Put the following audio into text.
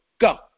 Go